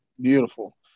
beautiful